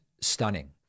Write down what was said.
stunning